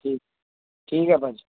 ਠੀਕ ਠੀਕ ਹੈ ਭਾਅ ਜੀ